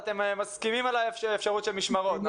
אתם מסכימים לאפשרות של משמרות,